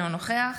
אינו נוכח